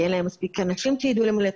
כי אין להם אנשים מספיק אנשים שידעו --- את